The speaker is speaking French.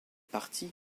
parties